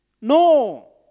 No